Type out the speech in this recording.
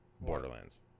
borderlands